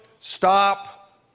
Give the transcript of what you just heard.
stop